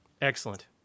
Excellent